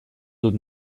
dut